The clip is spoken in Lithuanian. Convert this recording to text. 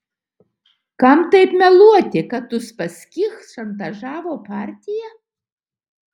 kam taip meluoti kad uspaskich šantažavo partiją